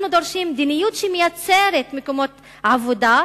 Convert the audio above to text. אנחנו דורשים מדיניות שמייצרת מקומות עבודה,